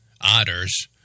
otters